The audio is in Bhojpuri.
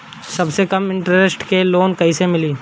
सबसे कम इन्टरेस्ट के लोन कइसे मिली?